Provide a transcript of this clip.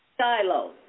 Silo